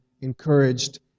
encouraged